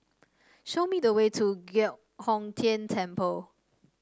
show me the way to Giok Hong Tian Temple